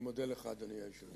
אני מודה לך, אדוני היושב-ראש.